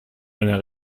einer